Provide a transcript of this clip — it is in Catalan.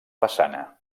façana